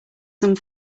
some